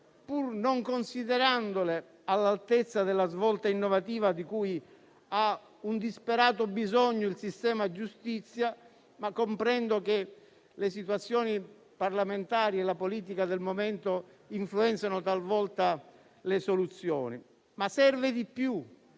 pur non considerandole all'altezza della svolta innovativa di cui ha un disperato bisogno il sistema giustizia, ma comprendo come le situazioni parlamentari e la politica del momento influenzino talvolta le soluzioni. Serve, però, di più: